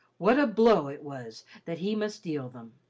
what a blow it was that he must deal them!